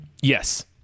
yes